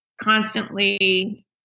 constantly